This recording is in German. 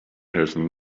helfen